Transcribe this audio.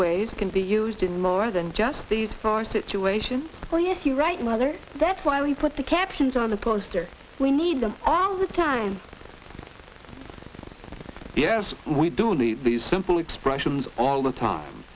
ways can be used in more than just these four situations oh yes you're right mother that's why we put the captions on the poster we need them all the time the as we do need these simple expressions all the time